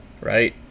right